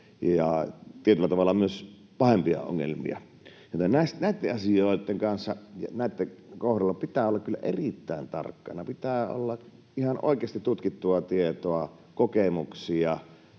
ja tietyllä tavalla myös pahempia ongelmia, joten näitten asioitten kohdalla pitää olla kyllä erittäin tarkkana. Pitää olla ihan oikeasti tutkittua tietoa, kokemuksia,